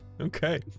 Okay